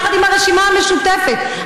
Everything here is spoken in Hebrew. יחד עם הרשימה המשותפת,